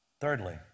Thirdly